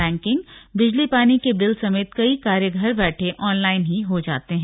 banking बिजली पानी के बिल समेत कई कार्य घर बैठे ऑनलाइन ही हो जाते हैं